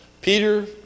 Peter